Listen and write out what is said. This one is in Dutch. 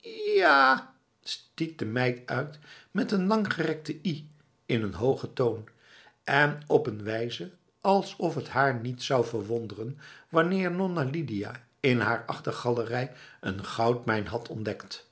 ija stiet de meid uit met een langgerekte i in een hoge toon en op een wijze alsof het haar niet zou verwonderen wanneer nonna lidia in haar achtergalerij een goudmijn had ontdekt